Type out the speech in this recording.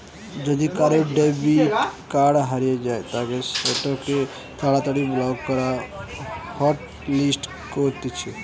যদি কারুর debit card হারিয়ে যায় তালে সেটোকে তাড়াতাড়ি ব্লক বা হটলিস্ট করতিছে